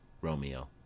Romeo